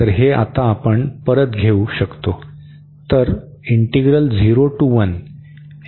तर हे आता आपण परत घेऊ शकतो